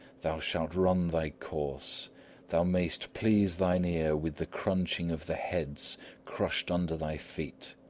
thou shalt run thy course thou mayst please thine ear with the crunching of the heads crushed under thy feet.